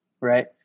right